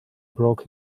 broke